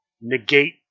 negate